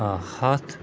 آ ہَتھ